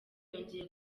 yongeye